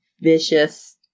vicious